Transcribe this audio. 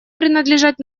принадлежать